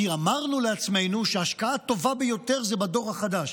כי אמרנו לעצמנו שההשקעה הטובה ביותר זה בדור החדש,